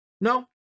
No